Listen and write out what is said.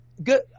good